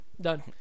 done